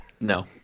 No